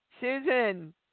Susan